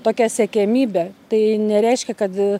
tokia siekiamybė tai nereiškia kad